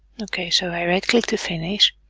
ok, so i right-click to finish